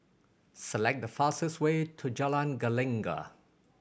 select the fastest way to Jalan Gelegar